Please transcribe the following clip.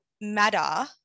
matter